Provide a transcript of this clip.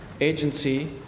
agency